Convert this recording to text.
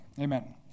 Amen